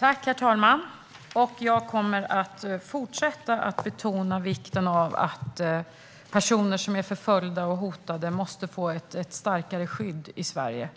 Herr talman! Jag kommer att fortsätta att betona vikten av att personer som är förföljda och hotade får ett starkare skydd i Sverige.